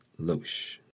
Loesch